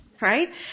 right